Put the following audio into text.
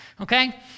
okay